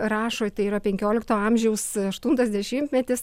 rašo tai yra penkiolikto amžiaus aštuntas dešimtmetis